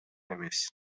эмес